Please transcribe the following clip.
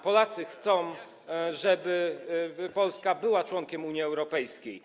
Polacy chcą, żeby Polska była członkiem Unii Europejskiej.